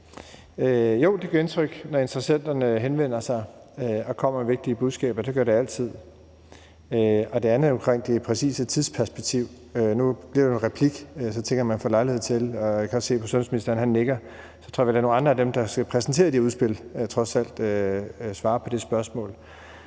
Jo, det gør indtryk, når interessenterne henvender sig og kommer med vigtige budskaber. Det gør det altid. Til det andet omkring det præcise tidsperspektiv: Nu blev det til en replik, og jeg tænker, at man får lejlighed til at høre det – nu kan jeg se, at sundhedsministeren nikker – og derfor tror jeg, at jeg vil lade nogle andre, nemlig dem, der skal præsentere det udspil, svare på det spørgsmål.